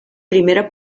primera